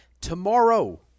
tomorrow